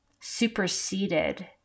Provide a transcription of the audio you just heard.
superseded